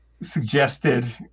suggested